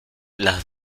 las